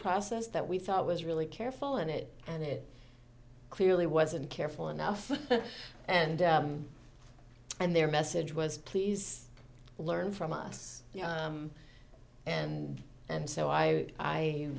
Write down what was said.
process that we thought was really careful in it and it clearly wasn't careful enough and and their message was please learn from us and and so i i